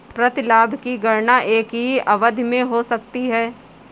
प्रतिलाभ की गणना एक ही अवधि में हो सकती है